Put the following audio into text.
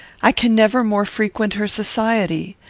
i can never more frequent her society.